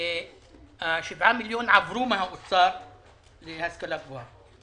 7 מיליון שקל עברו מן האוצר להשכלה הגבוהה